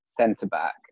centre-back